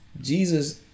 Jesus